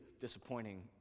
disappointing